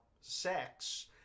sex